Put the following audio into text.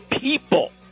people